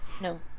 no